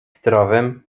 zdrowym